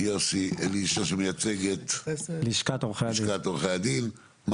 שמייצג את לשכת עורכי הדין.